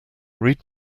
read